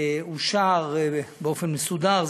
אושר באופן מסודר.